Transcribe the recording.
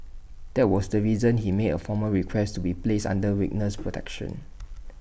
that was the reason he made A formal request way placed under witness protection